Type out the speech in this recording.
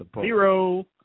Zero